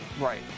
Right